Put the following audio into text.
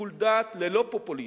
בשיקול דעת, ללא פופוליזם.